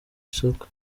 isoko